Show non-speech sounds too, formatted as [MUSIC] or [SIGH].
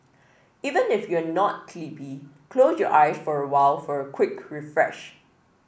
even if you are not [UNINTELLIGIBLE] close your eyes for a while for a quick refresh